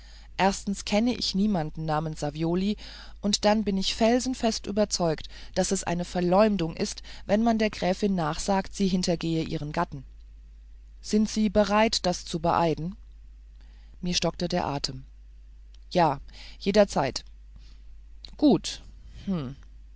erstens kenne ich niemand namens savioli und dann bin ich felsenfest überzeugt daß es eine verleumdung ist wenn man der gräfin nachsagt sie hintergehe ihren gatten sind sie bereit das zu beeiden mir stockte der atem ja jederzeit gut